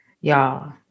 y'all